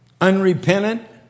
unrepentant